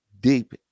deep